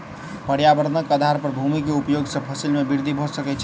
पर्यावरणक आधार पर भूमि के उपयोग सॅ फसिल में वृद्धि भ सकै छै